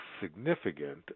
significant